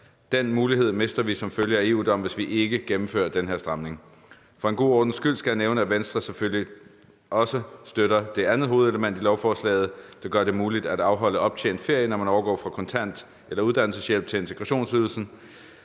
Den mulighed mister vi som følge af EU-dommen, hvis vi ikke gennemfører den her stramning. For en god ordens skyld skal jeg nævne, at Venstre selvfølgelig også støtter det andet hovedelement i lovforslaget, som gør det muligt at afholde optjent ferie, når man overgår fra kontant- eller uddannelseshjælp til integrationsydelsen.